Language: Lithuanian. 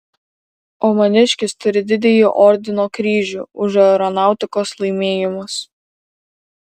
o maniškis turi didįjį ordino kryžių už aeronautikos laimėjimus